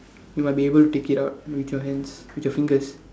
you might be able to take it out with your hands with your fingers